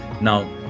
Now